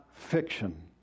fiction